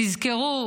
תזכרו: